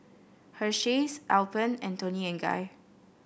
Hersheys Alpen and Toni and Guy